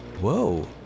Whoa